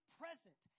present